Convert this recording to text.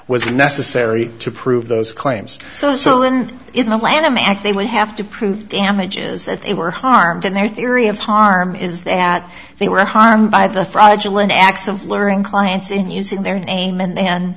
was necessary to prove those claims so so in in the lanham act they would have to prove damages that they were harmed in their theory of harm is that they were harmed by the fraudulent acts of learning clients in using their name and